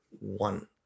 one